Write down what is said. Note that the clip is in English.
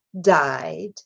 died